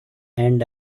end